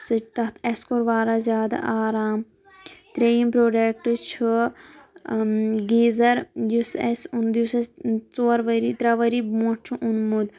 سُہ تتھ اَسہِ کوٚر وارا زیادٕ آرام ترٛیٚیِم پرٛوڈکٹ چھُ گیٖزر یُس اَسہِ یُس اَسہِ ژور ؤری ترٛےٚ ؤری برٛونٛٹھ چھُ اوٚنمُت